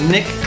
Nick